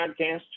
podcast